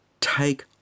take